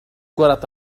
كرة